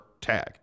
tag